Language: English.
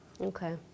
Okay